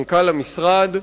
מנכ"ל המשרד,